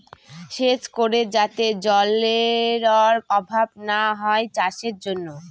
সেচ করে যাতে জলেরর অভাব না হয় চাষের জন্য